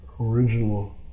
original